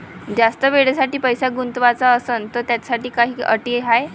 जास्त वेळेसाठी पैसा गुंतवाचा असनं त त्याच्यासाठी काही अटी हाय?